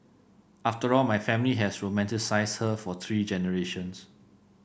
after all my family has romanticised her for three generations